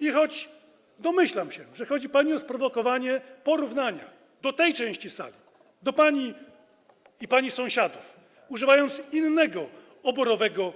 I choć domyślam się, że chodzi pani o sprowokowanie porównania tej części sali, pani i pani sąsiadów, do innego oborowego